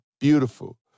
beautiful